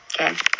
okay